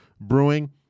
Brewing